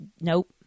nope